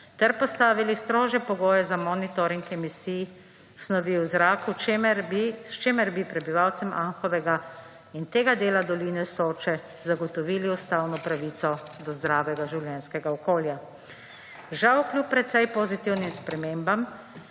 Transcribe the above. ter postavili strožje pogoje za monitoring emisij snovi v zraku, s čimer bi prebivalcem Anhovega in tega dela doline Soče zagotovili ustavno pravico do zdravega življenjskega okolja. Žal kljub precej pozitivnim spremembam,